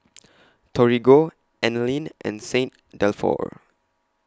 Torigo Anlene and Saint Dalfour